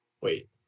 wait